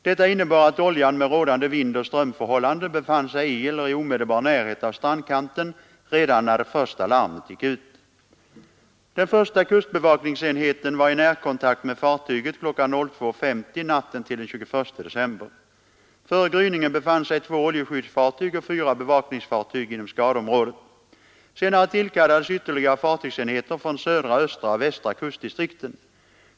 Detta innebar att oljan med rådande vindoch strömförhållanden befann sig i eller i omedelbar närhet av strandkanten redan när det första larmet gick ut. Den första kustbevakningsenheten var i närkontakt med fartyget kl. 02.50 natten till den 21 december. Före gryningen befann sig två oljeskyddsfartyg och fyra bevakningsfartyg inom skadeområdet. Senare tillkallades ytterligare fartygsenheter från södra, östra och västra kustdistrikten.